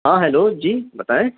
ہاں ہیلو جی بتائیں